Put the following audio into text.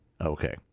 Okay